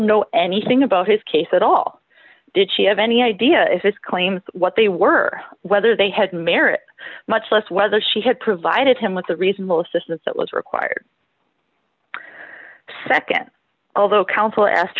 know anything about his case at all did she have any idea if his claims what they were whether they had merit much less whether she had provided him with a reasonable assistance that was required second although counsel asked